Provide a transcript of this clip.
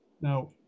Now